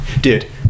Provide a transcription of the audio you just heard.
Dude